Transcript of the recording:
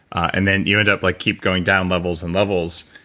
and then you end up like keep going down levels and levels,